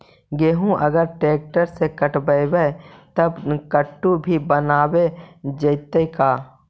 गेहूं अगर ट्रैक्टर से कटबइबै तब कटु भी बनाबे जितै का?